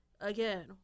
again